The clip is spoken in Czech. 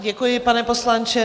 Děkuji, pane poslanče.